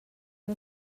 yng